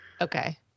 Okay